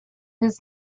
his